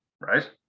right